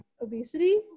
obesity